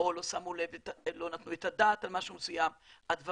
אנחנו לא מסתירים דבר וחצי דבר ולא מנסים לכאורה להצדיק בצורה